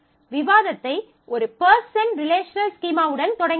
விவாதத்தை ஒரு person relational ஸ்கீமாவுடன் தொடங்கினோம்